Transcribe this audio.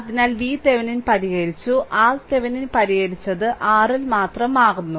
അതിനാൽ VThevenin പരിഹരിച്ചു RThevenin പരിഹരിച്ചത് RL മാത്രം മാറുന്നു